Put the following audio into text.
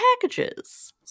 packages